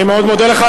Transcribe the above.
אני מאוד מודה לך.